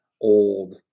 old